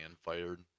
fired